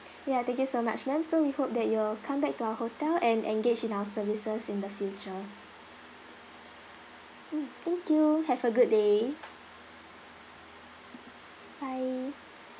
ya thank you so much ma'am so we hope that you'll come back to our hotel and engage in our services in the future mm thank you have a good day bye